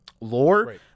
Lore